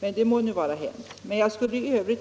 Men det må nu vara hänt. I övrigt